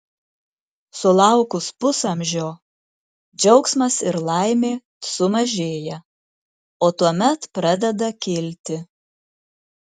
sulaukus pusamžio džiaugsmas ir laimė sumažėja o tuomet pradeda kilti